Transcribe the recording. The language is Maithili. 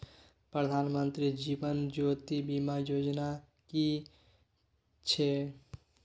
प्रधानमंत्री जीवन ज्योति बीमा योजना कि छिए?